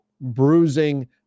bruising